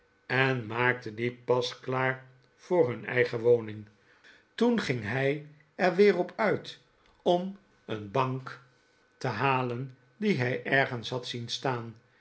en maakte die pasklaar voor hun eigen woning toen ging hij er weer op uit om een bank te halen die hij ergens had zien staan